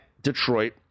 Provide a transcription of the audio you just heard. Detroit